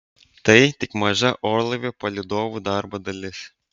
tai tik maža orlaivio palydovų darbo dalis